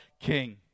king